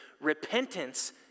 repentance